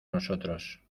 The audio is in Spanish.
nosotros